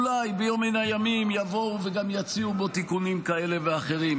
אולי ביום מן הימים יבואו וגם יציעו בו תיקונים כאלה ואחרים.